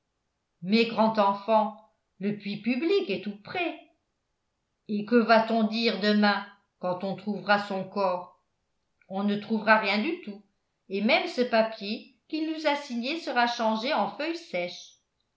mais grand enfant le puits public est tout près et que va-t-on dire demain quand on trouvera son corps on ne trouvera rien du tout et même ce papier qu'il nous a signé sera changé en feuille sèche